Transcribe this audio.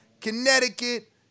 Connecticut